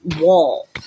wall